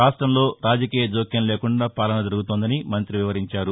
రాష్టంలో రాజకీయ జోక్యం లేకుండా పాలన జరుగుతోందని తెలిపారు